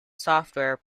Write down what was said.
software